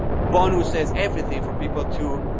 bonuses, everything for people to